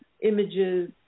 images